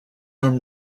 arm